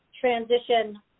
transition